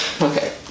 Okay